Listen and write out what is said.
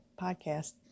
podcast